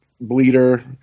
bleeder